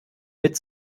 mit